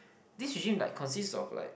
this usually like consist of like